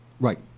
Right